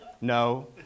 No